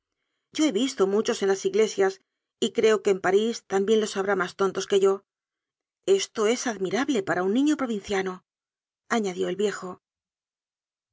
yo he visto muchos en las iglesias y creo que en parís también los habrá más tontos que yo esto es admirable para un niño provinciano añadió el viejo